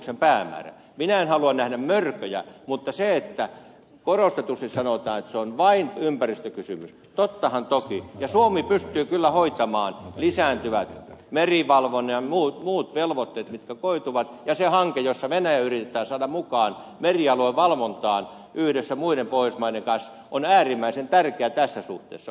minä en halua nähdä mörköjä mutta se että korostetusti sanotaan että se on vain ympäristökysymys tottahan toki ja suomi pystyy kyllä hoitamaan lisääntyvät merivalvonnan ja muut velvoitteet mitkä koituvat ja se hanke jossa venäjä yritetään saada mukaan merialuevalvontaan yhdessä muiden pohjoismaiden kanssa on äärimmäisen tärkeä tässä suhteessa